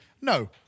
No